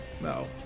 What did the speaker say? no